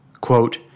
Quote